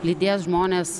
lydės žmonės